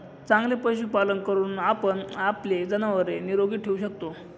चांगले पशुपालन करून आपण आपली जनावरे निरोगी ठेवू शकतो